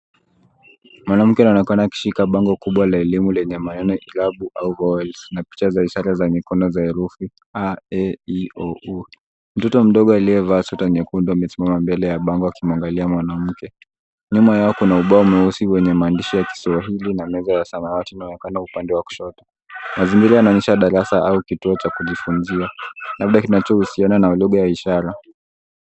Mwanamke anaonekana akishika bango kubwa la elimu lenye maneno Irabu au Vowels , na picha za ishara za mikono za herufi: a,e,i,o,u. Mtoto mdogo aliyevaa sweta nyekundu amesimama mbele ya bango akimwangalia mwanamke. Nyuma yake kuna ubao mweusi wenye maandishi ya Kiswahili na meza ya samawati inaonekana upande wa kushoto. Mazingira yanaonyesha darasa au kituo cha kujifunzia, labda kinachohusiana na lugha ya ishara.